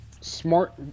smart